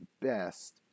best